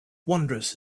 wondrous